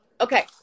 Okay